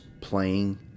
playing